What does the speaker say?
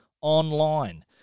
online